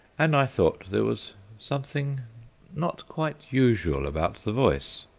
and i thought there was something not quite usual about the voice.